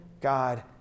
God